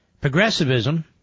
Progressivism